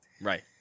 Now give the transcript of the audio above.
Right